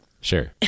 Sure